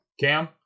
Cam